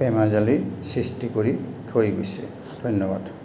বেমেজালি সৃষ্টি কৰি থৈ গৈছে ধন্যবাদ